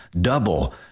Double